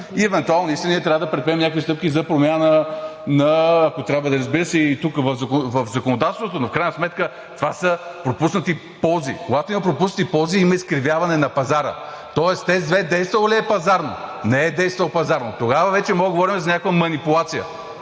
Евентуално наистина ние трябва да предприемем някакви стъпки за промяна, ако трябва, разбира се, и тук в законодателството, но в крайна сметка това са пропуснати ползи. Когато има пропуснати ползи, има изкривяване на пазара. Тоест ТЕЦ 2 действал ли е пазарно? Не е действал пазарно. Тогава вече можем да говорим за някаква манипулация,